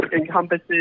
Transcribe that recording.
encompasses